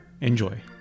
Enjoy